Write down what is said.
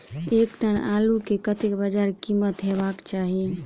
एक टन आलु केँ कतेक बजार कीमत हेबाक चाहि?